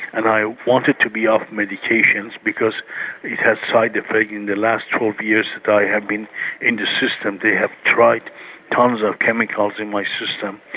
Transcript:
and i wanted to be off medications because it has side-effects. in the last twelve years that i have been in the system they have tried tonnes of chemicals in my system,